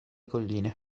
colline